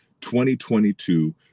2022